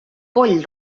poll